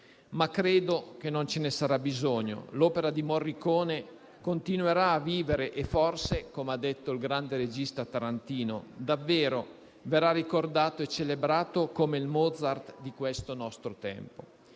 Ma credo che non ce ne sarà bisogno: l'opera di Morricone continuerà a vivere e forse - come ha detto il grande regista Tarantino - davvero verrà ricordato e celebrato come il Mozart di questo nostro tempo.